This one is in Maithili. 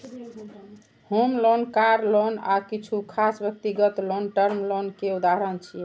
होम लोन, कार लोन आ किछु खास व्यक्तिगत लोन टर्म लोन के उदाहरण छियै